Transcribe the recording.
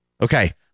okay